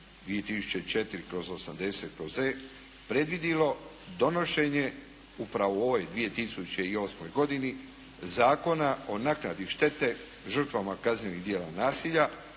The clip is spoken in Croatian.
2004/80/E predvidilo donošenje upravo u ovoj 2008. godini Zakona o naknadi štete žrtvama kaznenih djela nasilja,